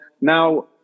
now